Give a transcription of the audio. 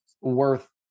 worth